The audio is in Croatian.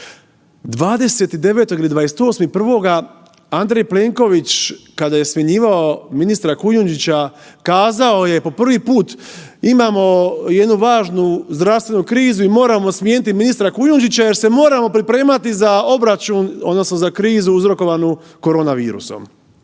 29. ili 28.01. Andrej Plenković kada je smjenjivao ministra Kujundžića kazao je po prvi put imamo jednu važnu zdravstvenu krizu i moramo smijeniti ministra Kujundžića jer se moramo pripremati za obračun odnosno za krizu uzrokovanu korona virusom.